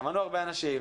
שמענו הרבה אנשים,